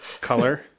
color